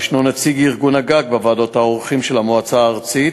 יש נציג ארגון-הגג בוועדות העורכים של המועצה הארצית,